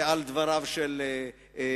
זה על דבריו של האב,